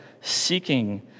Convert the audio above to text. seeking